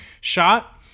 shot